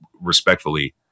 respectfully